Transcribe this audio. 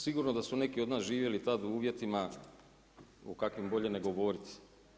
Sigurno da su neki od nas živjeli tada u uvjetima o kakvim je bolje ne govoriti.